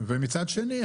ומצד שני,